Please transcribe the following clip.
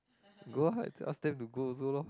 go ah ask them to go also lor